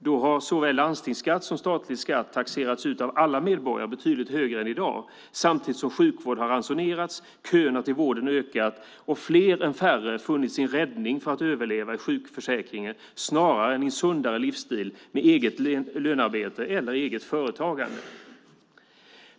Då har såväl landstingsskatt som statlig skatt taxerats ut av alla medborgare, betydligt högre än i dag, samtidigt som sjukvård har ransonerats, köerna till vården har ökat och fler än färre har funnit sin räddning för att överleva i sjukförsäkringen snarare än i en sundare livsstil med eget lönearbete eller eget företagande.